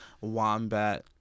Wombat